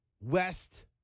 West